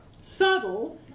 subtle